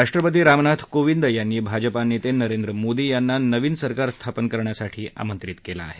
राष्ट्रपती रामनाथ कोविंद यांनी भाजपा नेते नरेंद्र मोदी यांना नवीन सरकार स्थापन करण्यासाठी आंमत्रित केलं आहे